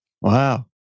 Wow